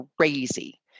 crazy